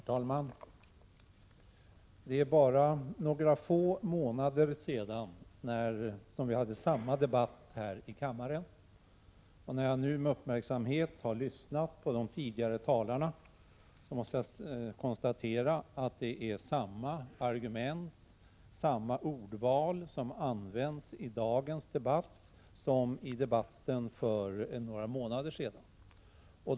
Herr talman! Det är bara några få månader sedan som vi förde samma debatt som denna här i kammaren. Efter att med uppmärksamhet ha lyssnat på de tidigare talarna måste jag konstatera att det är samma argument och samma ordval i dagens debatt som i debatten för några månader sedan.